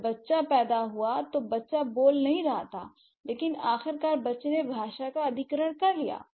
जब बच्चा पैदा हुआ तो बच्चा बोल नहीं रहा था लेकिन आखिरकार बच्चे ने भाषा का अधिग्रहण कर लिया